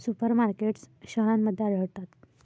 super markets शहरांमध्ये आढळतात